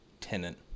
tenant